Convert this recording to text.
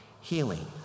healing